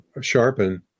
Sharpen